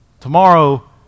Tomorrow